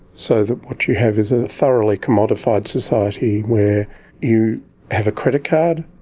so that what you have is a thoroughly commodified society where you have a credit card,